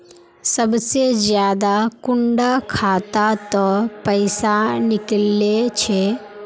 सबसे ज्यादा कुंडा खाता त पैसा निकले छे?